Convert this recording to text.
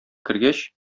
кергәч